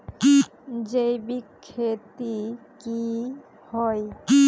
जैविक खेती की होय?